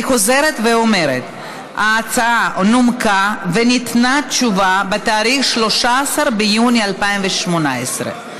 אני חוזרת ואומרת: ההצעה נומקה וניתנה תשובה בתאריך 13 ביוני 2018,